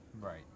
right